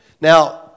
Now